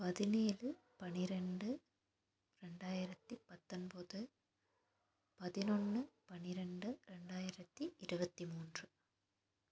பதினேழு பன்னிரெண்டு ரெண்டாயிரத்து பத்தொன்பது பதினொன்று பன்னிரெண்டு ரெண்டாயிரத்து இருபத்தி மூன்று